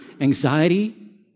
anxiety